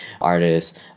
artists